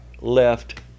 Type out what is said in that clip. left